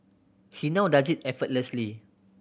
he now does it effortlessly